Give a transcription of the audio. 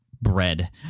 bread